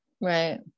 Right